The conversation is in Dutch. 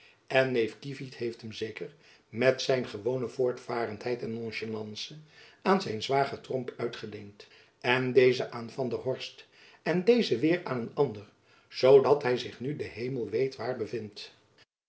neef kievit heeft hem zeker met zijn gewone voortvarendheid en nonchalance aan zijn zwager tromp uitgeleend en deze aan van der horst en deze weêr aan een ander zoodat hy zich nu de hemel weet waar bevindt